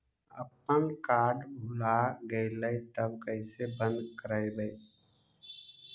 अपन कार्ड भुला गेलय तब कैसे बन्द कराइब?